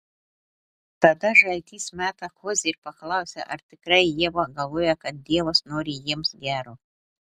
tada žaltys meta kozirį paklausia ar tikrai ieva galvoja kad dievas nori jiems gero